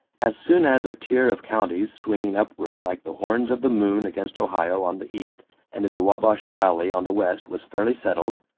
as soon as a tier of counties swinging upward like the horns of the moon against ohio on the east and in the wabash valley on the west was fairly settled,